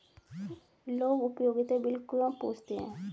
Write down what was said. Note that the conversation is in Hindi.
लोग उपयोगिता बिल क्यों पूछते हैं?